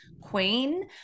queen